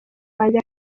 wanjye